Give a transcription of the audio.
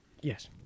Yes